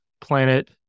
planet